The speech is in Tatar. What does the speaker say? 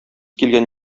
килгән